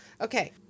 okay